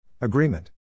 Agreement